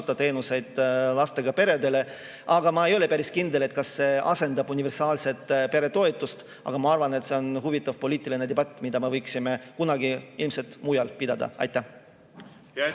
teenuseid lastega peredele. Ma ei ole päris kindel, kas see asendab universaalset peretoetust, aga ma arvan, et see on huvitav poliitiline debatt, mida me ilmselt võiksime kunagi kusagil mujal pidada. Aitäh!